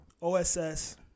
OSS